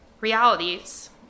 realities